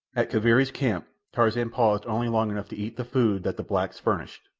at kaviri's camp tarzan paused only long enough to eat the food that the blacks furnished,